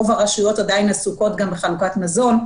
רוב הרשויות עדיין עסוקות גם בחלוקת מזון.